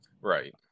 right